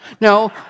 No